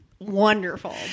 wonderful